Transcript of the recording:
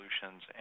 solutions